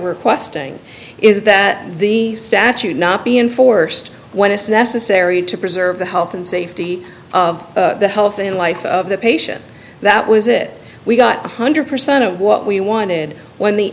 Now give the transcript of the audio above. requesting is that the statute not be enforced when it's necessary to preserve the health and safety of the health and life of the patient that was it we got one hundred percent of what we wanted when the